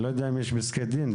אני לא יודע אם יש בכלל פסקי דין,